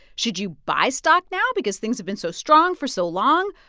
should you buy stock now because things have been so strong for so long,